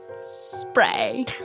spray